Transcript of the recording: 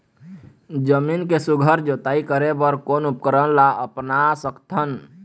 जमीन के सुघ्घर जोताई करे बर कोन उपकरण ला अपना सकथन?